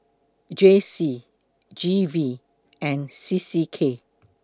J C G V and C C K